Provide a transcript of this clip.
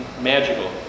magical